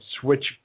switch